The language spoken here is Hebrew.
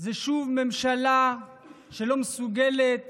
זה שוב ממשלה שלא מסוגלת